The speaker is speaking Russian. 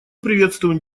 приветствуем